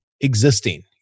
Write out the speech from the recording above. existing